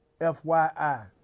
FYI